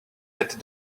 had